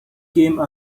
came